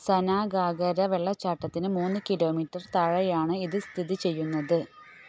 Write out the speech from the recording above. സനാഘാഗര വെള്ളച്ചാട്ടത്തിന് മൂന്ന് കിലോമീറ്റർ താഴെയാണ് ഇത് സ്ഥിതി ചെയ്യുന്നത്